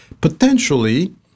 potentially